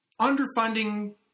underfunding